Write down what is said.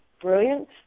brilliant